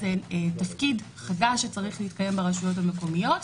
זה תפקיד חדש שצריך להתקיים ברשויות המקומיות.